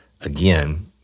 again